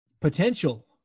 potential